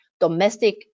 domestic